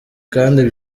kandi